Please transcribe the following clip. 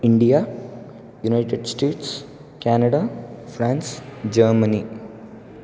India United States Canada France Germany